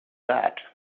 that